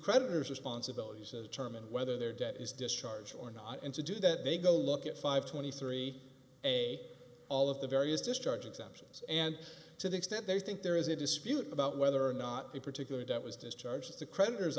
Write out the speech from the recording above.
creditors responsibilities as chairman whether their debt is discharge or not and to do that they go look at five twenty three a all of the various discharge exemptions and to the extent they think there is a dispute about whether or not a particular debt was discharged to creditors